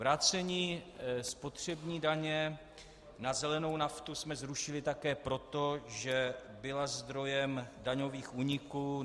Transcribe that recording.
Vrácení spotřební daně na zelenou naftu jsme zrušili také proto, že byla zdrojem daňových úniků.